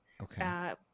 Okay